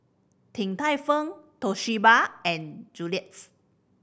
Din Tai Fung Toshiba and Julie's